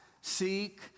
seek